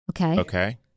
Okay